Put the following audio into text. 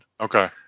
Okay